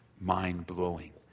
mind-blowing